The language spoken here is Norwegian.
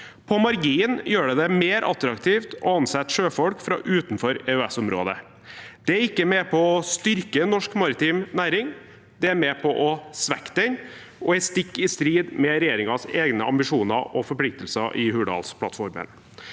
På marginen gjør det det mer attraktivt å ansette sjøfolk fra utenfor EØS-området. Det er ikke med på å styrke norsk maritim næring; det er med på å svekke den – og er stikk i strid med regjeringens egne ambisjoner og forpliktelser i Hurdalsplattformen.